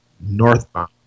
northbound